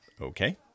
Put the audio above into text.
Okay